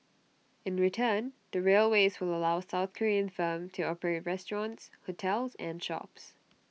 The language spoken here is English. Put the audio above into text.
in return the railways will allow south Korean firm to operate restaurants hotels and shops